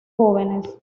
jóvenes